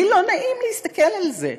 לי לא נעים להסתכל על זה.